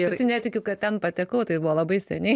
pati netikiu kad ten patekau tai buvo labai seniai